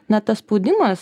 na tas spaudimas